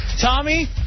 Tommy